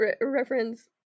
reference